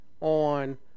on